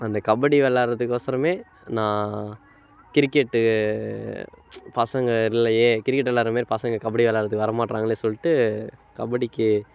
அந்த கபடி விளாட்றதுக்கு ஒசரம் நான் கிரிக்கெட்டு பசங்கள் இல்லையே கிரிக்கெட்டு விளாட்ற மாரி பசங்கள் கபடி விளாட்றதுக்கு வர மாட்றாங்களே சொல்லிட்டு கபடிக்கு